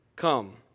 come